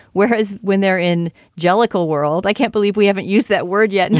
whereas when they're in jellicoe world, i can't believe we haven't used that word yet. and